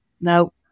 Now